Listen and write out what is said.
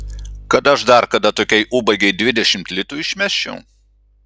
kad aš dar kada tokiai ubagei dvidešimt litų išmesčiau